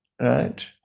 right